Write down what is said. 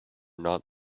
not